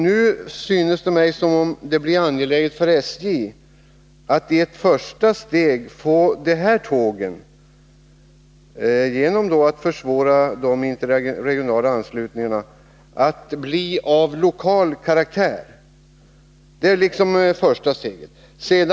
Nu synes det mig som om det blir angeläget för SJ att i ett första steg genom att försvåra de interregionala anslutningarna få ett sådant här tåg att bli av lokal karaktär.